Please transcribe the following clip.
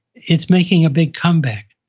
it's making a big comeback.